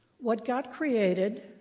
what got created,